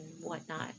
whatnot